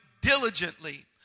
diligently